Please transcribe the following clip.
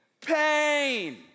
pain